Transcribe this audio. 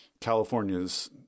California's